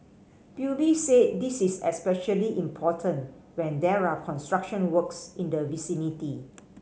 P U B said this is especially important when there are construction works in the vicinity